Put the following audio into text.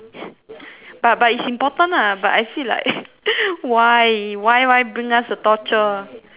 but but it's important lah but I see like why why why bring us the torture